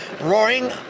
Roaring